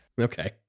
Okay